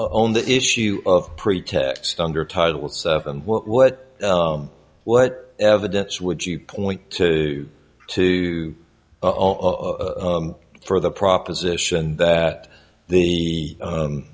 own the issue of pretext under title seven what what what evidence would you point to to oh for the proposition that the